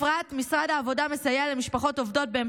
משרד העבודה מסייע למשפחות עובדות בפרט